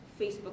Facebook